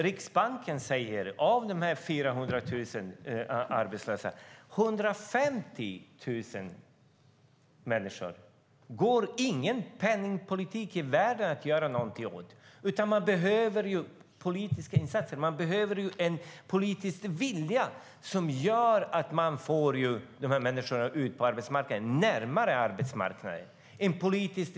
Riksbanken säger att ingen penningpolitik i världen kan göra något åt 150 000 av dessa 400 000 arbetslösa. Här behövs politiska insatser och en politisk vilja som för dessa människor närmare arbetsmarknaden.